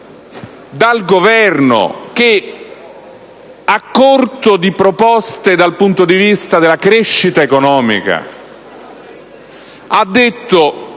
dal Governo che, a corto di proposte dal punto di vista della crescita economica, ha detto,